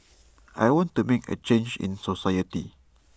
I want to make A change in society